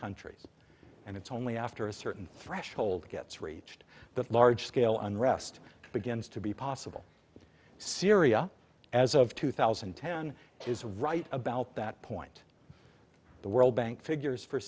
countries and it's only after a certain threshold gets reached that large scale unrest begins to be possible syria as of two thousand and ten is right about that point the world bank figures for